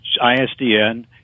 ISDN